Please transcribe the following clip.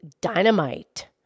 dynamite